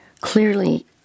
clearly